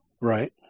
Right